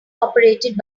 operated